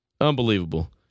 Unbelievable